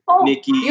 Nikki